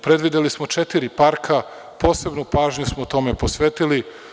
Predvideli smo četiri parka, posebno pažnju smo tome posvetili.